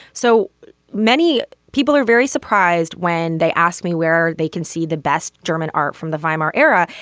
so many people are very surprised when they asked me where they can see the best german art from the weimar era.